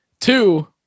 Two